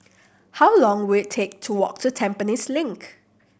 how long will it take to walk to Tampines Link